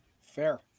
Fair